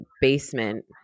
basement